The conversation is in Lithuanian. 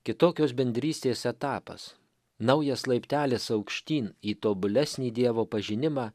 kitokios bendrystės etapas naujas laiptelis aukštyn į tobulesnį dievo pažinimą